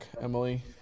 Emily